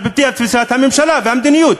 על-פי תפיסת הממשלה והמדיניות.